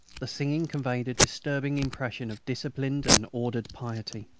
the singing conveyed a disturbing impression of disciplined and ordered piety.